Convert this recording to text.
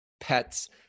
pets